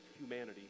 humanity